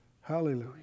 Hallelujah